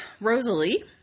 Rosalie